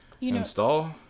install